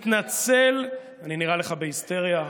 התנצל, גם אתה בהיסטריה?